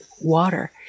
water